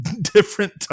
different